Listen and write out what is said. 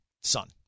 Son